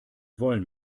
wollen